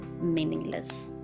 meaningless